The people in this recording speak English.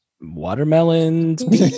Watermelons